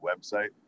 website